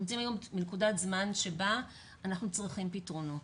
אנחנו נמצאים היום בנקודת זמן שבה אנחנו צריכים פתרונות.